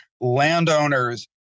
landowners